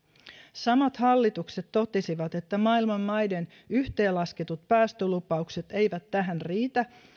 samat hallitukset totesivat että maailman maiden yhteenlasketut päästölupaukset eivät tähän riitä